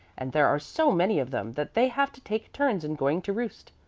and there are so many of them that they have to take turns in going to roost.